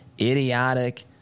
idiotic